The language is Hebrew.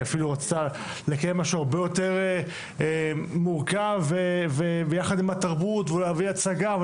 היא אפילו רצתה לקיים משהו הרבה יותר מורכב ויחד עם התרבות ולהביא הצגה,